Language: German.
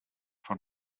von